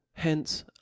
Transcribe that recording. Hence